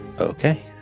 Okay